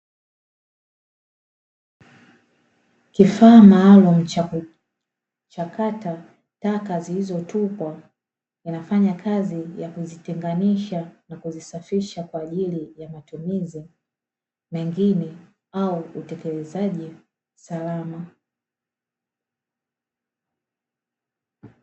Kifaa maalumu cha kuchakata taka zilizotupwa, kinafanya kazi ya kuzitenganisha na kuzisafisha kwa ajili ya matumizi mengine, au uteketezaji salama.